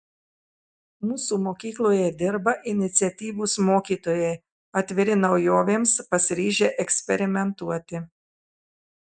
mūsų mokykloje dirba iniciatyvūs mokytojai atviri naujovėms pasiryžę eksperimentuoti